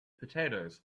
potatoes